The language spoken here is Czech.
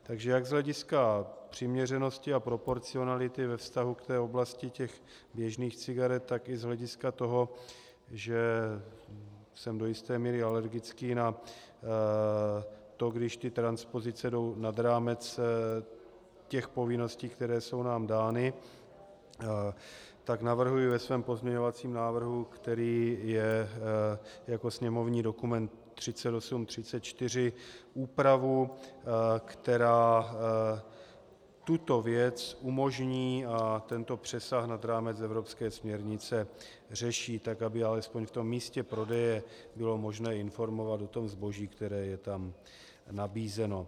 Takže jak z hlediska přiměřenosti a proporcionality ve vztahu k oblasti běžných cigaret, tak i z hlediska toho, že jsem do jisté míry alergický na to, když ty transpozice jdou nad rámec těch povinností, které jsou nám dány, navrhuji ve svém pozměňovacím návrhu, který je jako sněmovní dokument 3834, úpravu, která tuto věc umožní a tento přesah nad rámec evropské směrnice řeší tak, aby alespoň v tom místě prodeje bylo možné informovat o zboží, které je tam nabízeno.